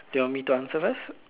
do you want me to answer first